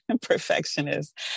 perfectionist